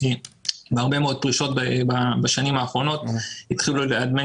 בהרבה מאוד פרישות בשנים האחרונות התחילו דמי